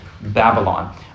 Babylon